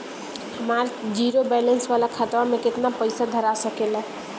हमार zero balance वाला खतवा म केतना पईसा धरा सकेला?